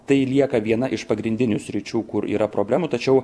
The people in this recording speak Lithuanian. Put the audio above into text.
tai lieka viena iš pagrindinių sričių kur yra problemų tačiau